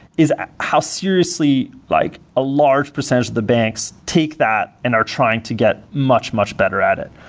is how seriously like a large percentage of the banks take that and are trying to get much, much better at it.